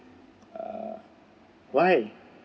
uh why